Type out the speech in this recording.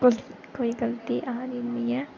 कोई कोई गलती आनी निं ऐ